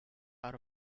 out